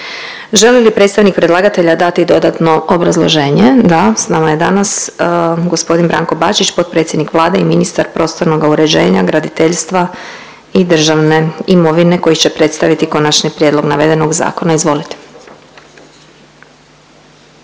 Želi li predstavnik predlagatelja dati dodatno obrazloženje? Da, s nama je danas gospodin Branko Bačić potpredsjednik Vlade i ministar prostornoga uređenja, graditeljstva i državne imovine koji će predstaviti konačni prijedlog navedenog zakona. Izvolite.